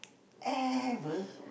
ever